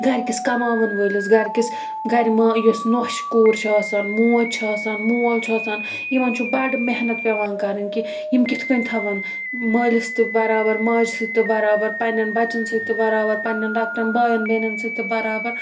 گرِکِس کماوَن وألِس گرکِس گر ما یُس نوٚش کوٗر چھِ آسان موٗج چھِ آسان مول چھُ آسان یِمن چھُ بَڑٕ محنت پیٚوان کرٕنۍ کہِ یِم کِتھ کٔنۍ تَھون مألِس تہِ برابر ماجہِ سۭتۍ تہِ برابر پَننٮ۪ن بَچن سۭتۍ تہِ برابر پَننٮ۪ن لۄکٹٮ۪ن باین بیٚنٮ۪ن سۭتۍ تہِ برابر